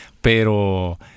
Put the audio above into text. pero